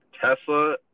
Tesla